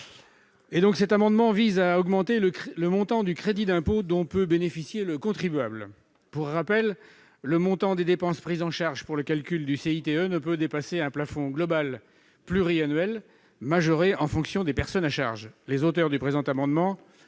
Le présent amendement vise à augmenter le montant du crédit d'impôt dont peut bénéficier un contribuable effectuant des travaux de rénovation. Pour rappel, le montant des dépenses prises en compte pour le calcul du CITE ne peut dépasser un plafond global pluriannuel, majoré en fonction des personnes à charge. Les auteurs du présent amendement